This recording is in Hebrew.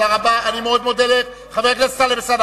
אני מודה מאוד לחבר הכנסת טלב אלסאנע.